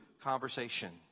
conversation